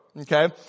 Okay